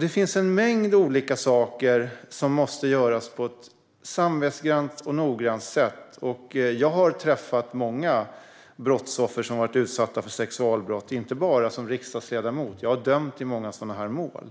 Det finns en mängd olika saker som måste göras på ett samvetsgrant och noggrant sätt. Jag har träffat många brottsoffer som har utsatts för sexualbrott. Jag har inte bara träffat dem som riksdagsledamot, utan jag har dömt i många sådana mål.